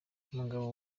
umugabo